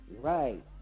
right